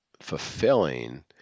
fulfilling